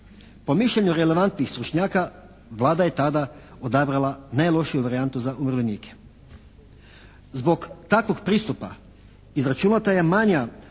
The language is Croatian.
Po mišljenju relevantnih stručnjaka Vlada je tada odabrala najlošiju varijantu za umirovljenike. Zbog takvog pristupa izračunata je manja